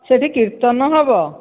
ସେଠି କୀର୍ତ୍ତନ ହେବ